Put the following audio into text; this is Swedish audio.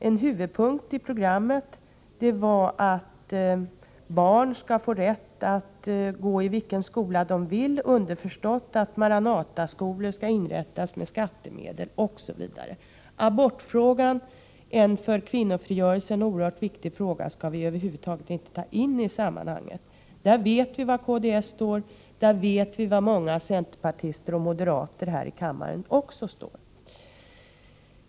En huvudpunkt i programmet är att barn skall få rätt att gå i vilken skola de vill, underförstått att Maranataskolor skall inrättas med skattemedel, osv. Abortfrågan, en för kvinnofrigörelsen oerhört viktig fråga, skall vi över huvud taget inte ta in i sammanhanget. När det gäller denna fråga vet vi var kds står, vi vet även var många centerpartister och moderater här i kammaren står i denna fråga.